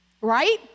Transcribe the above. Right